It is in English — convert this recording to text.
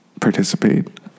participate